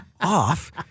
off